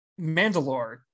Mandalore